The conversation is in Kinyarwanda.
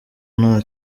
nta